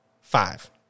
five